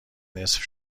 نصف